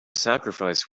sacrifice